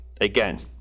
again